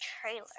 trailer